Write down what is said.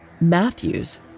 Matthews